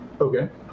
Okay